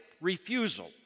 refusal